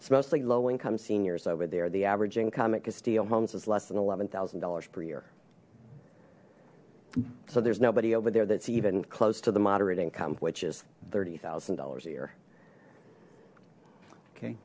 it's mostly low income seniors over there the average income at casteel homes is less than eleven thousand dollars per year so there's nobody over there that's even close to the moderate income which is thirty thousand dollars a year okay